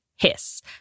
Hiss